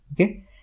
Okay